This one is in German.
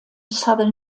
southern